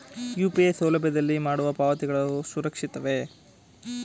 UPI ಸೌಲಭ್ಯದಲ್ಲಿ ಮಾಡುವ ಪಾವತಿಗಳು ಸುರಕ್ಷಿತವೇ?